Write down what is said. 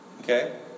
Okay